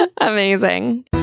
amazing